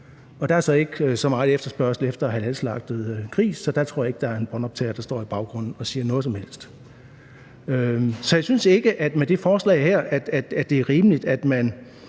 Der er så ikke så meget efterspørgsel efter halalslagtet gris, så dér tror jeg ikke der er en båndoptager, der står i baggrunden og afspiller noget som helst. Så jeg synes ikke, det er rimeligt, at man